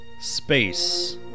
Space